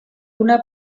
una